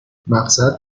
مقصد